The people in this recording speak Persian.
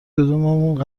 کدوممون